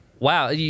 Wow